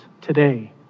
today